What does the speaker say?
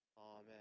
Amen